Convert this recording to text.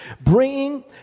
bringing